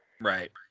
Right